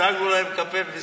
דאגנו להם לקפה וביסקוויטים,